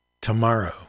tomorrow